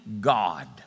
God